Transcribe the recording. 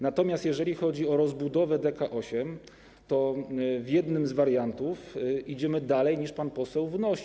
Natomiast jeżeli chodzi o rozbudowę DK8, to w jednym z wariantów idziemy dalej, niż pan poseł wnosi.